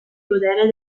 godere